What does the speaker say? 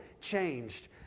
changed